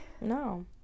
No